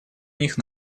них